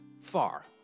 Far